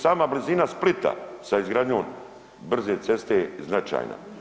Sama blizina Splita sa izgradnjom brze ceste je značajna.